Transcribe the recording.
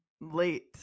late